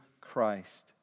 Christ